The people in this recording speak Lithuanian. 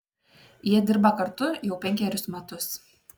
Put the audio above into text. jie dirba kartu jau penkerius metus